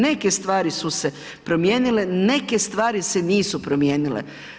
Neke stvari su se promijenile, neke stvari se nisu promijenile.